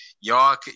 y'all